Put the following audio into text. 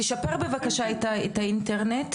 אני רוצה לחדד דברים שאולי לא חידדתי מספיק בדיון הקודם,